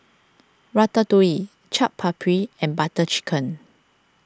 Ratatouille Chaat Papri and Butter Chicken